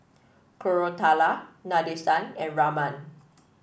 Koratala Nadesan and Raman